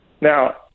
Now